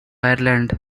ireland